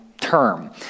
term